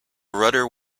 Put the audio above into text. rudder